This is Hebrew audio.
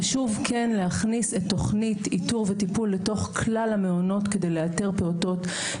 חשוב להכניס את תוכנית איתור וטיפול לתוך כלל המעונות כדי לאתר פעוטות,